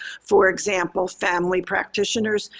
for example, family practitioners,